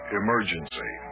emergency